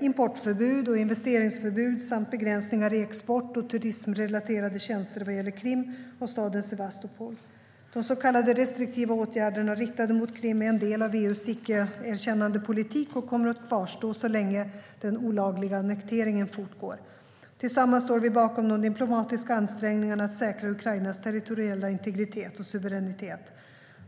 importförbud och investeringsförbud samt begränsningar av export och turismrelaterade tjänster vad gäller Krim och staden Sevastopol. De så kallade restriktiva åtgärderna riktade mot Krim är en del av EU:s icke-erkännandepolitik och kommer att kvarstå så länge den olagliga annekteringen fortgår. Tillsammans står vi bakom de diplomatiska ansträngningarna att säkra Ukrainas territoriella integritet och suveränitet.